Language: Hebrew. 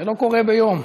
זה לא קורה ביום.